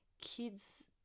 kids